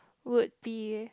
would be